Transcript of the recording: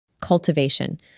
Cultivation